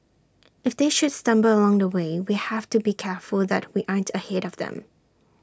if they should stumble along the way we have to be careful that we aren't ahead of them